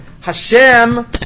Hashem